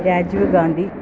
Rajeev Gandhi